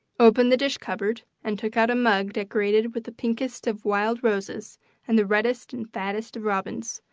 opened the dish cupboard, and took out a mug decorated with the pinkest of wild roses and the reddest and fattest of robins,